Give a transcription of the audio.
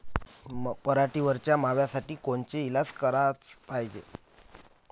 पराटीवरच्या माव्यासाठी कोनचे इलाज कराच पायजे?